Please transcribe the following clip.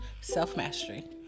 self-mastery